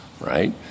right